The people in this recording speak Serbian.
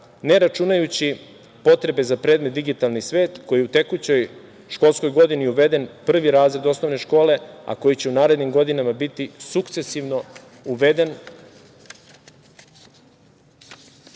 ne računajući potrebe za predmet digitalni svet koji je u tekućoj školskoj godini uveden u prvi razred osnovne škole, a koji će u narednim godinama biti sukcesivno uveden